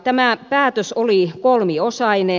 tämä päätös oli kolmiosainen